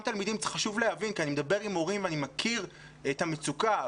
חשוב להבין כי אני מדבר עם הורים ואני מכיר את המצוקה.